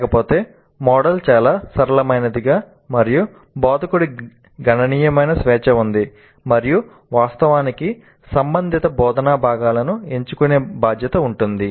లేకపోతే మోడల్ చాలా సరళమైనది మరియు బోధకుడికి గణనీయమైన స్వేచ్ఛ ఉంది మరియు వాస్తవానికి సంబంధిత బోధనా భాగాలను ఎన్నుకునే బాధ్యత ఉంటుంది